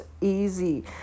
easy